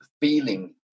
feeling